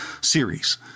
series